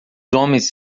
homens